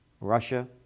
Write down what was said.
Russia